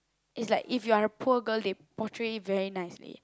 is like if you are a poor girl they portray you very nicely